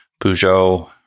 Peugeot